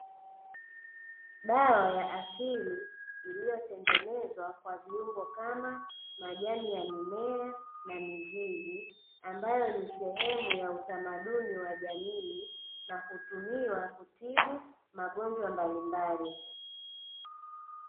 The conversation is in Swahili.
Dawa ya asili iliyotengenezwa kwa viungo kama majani ya mimea na mizizi ambayo ni sehemu ya utamaduni wa jamii na kutumiwa kutibu magonjwa mbalimbali.